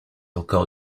encore